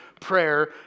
prayer